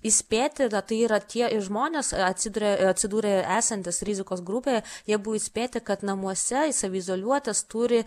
įspėti ir tai yra tie žmonės atsiduria atsidūrę esantys rizikos grupėje jie buvo įspėti kad namuose save izoliuotis turi